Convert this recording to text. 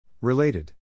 Related